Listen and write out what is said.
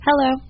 Hello